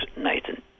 Nathan